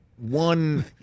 One